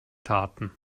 taten